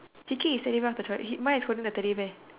mine is holding the Teddy bear